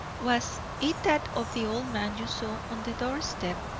was it that of the old man you saw on the doorstep?